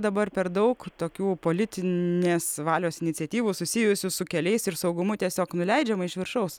dabar per daug tokių politinės valios iniciatyvų susijusių su keliais ir saugumu tiesiog nuleidžiama iš viršaus